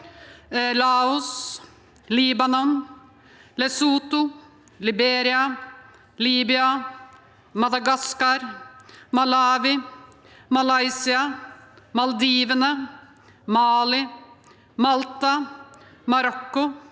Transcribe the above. Laos, Libanon, Lesotho, Liberia, Libya, Madagaskar, Malawi, Malaysia, Maldivene, Mali, Malta, Marokko,